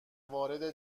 وارد